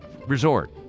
resort